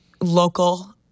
local